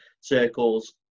circles